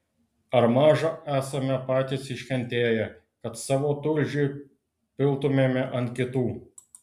ar maža esame patys iškentėję kad savo tulžį piltumėme ant kitų